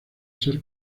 ser